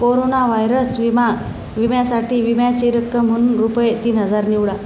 corona virus विमा विम्यासाठी विम्याची रक्कम म्हणून रुपये तीन हजार निवडा